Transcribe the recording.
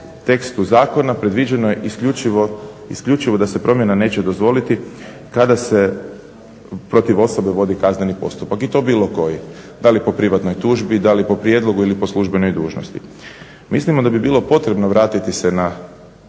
tekstu zakona predviđeno je isključivo da se promjena neće dozvoliti kada se protiv osobe vodi kazneni postupak i to bilo koji, da li po privatnoj tužbi, da li po prijedlogu ili po službenoj dužnosti. Mislimo da bi bilo potrebno vratiti se na